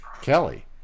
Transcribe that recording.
kelly